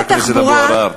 חבר הכנסת אבו עראר,